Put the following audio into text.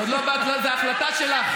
לא, זאת החלטה שלך.